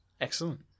excellent